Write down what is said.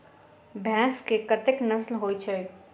भैंस केँ कतेक नस्ल होइ छै?